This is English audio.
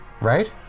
right